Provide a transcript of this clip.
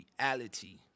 reality